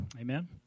Amen